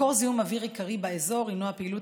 מקור זיהום אוויר עיקרי באזור הינו הפעילות